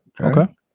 okay